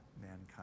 mankind